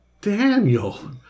Daniel